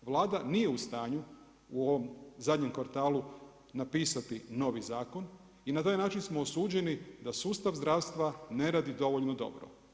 Vlada nije u stanju u ovom zadnjem kvartalu napisati novih zakon i na taj način smo osuđeni da sustav zdravstva ne radi dovoljno dobro.